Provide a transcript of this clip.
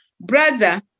Brother